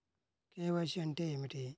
KYC అంటే ఏమి?